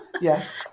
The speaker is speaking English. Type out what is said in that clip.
Yes